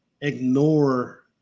ignore